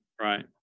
right